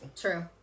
True